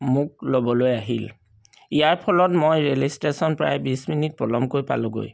মোক ল'বলৈ আহিল ইয়াৰ ফলত মই ৰেইল ষ্টেশ্যন প্ৰায় বিছ মিনিট পলমকৈ পালোঁগৈ